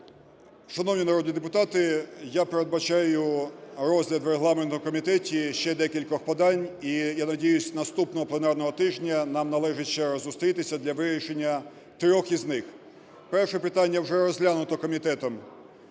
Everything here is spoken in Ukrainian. Шановні народні депутати! Я передбачаю розгляд в регламентному комітеті ще декілька подань, і я надіюсь, наступного пленарного тижня нам належить ще раз зустрітися для вирішення трьох із них. Перше питання вже розглянуто комітетом